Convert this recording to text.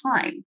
time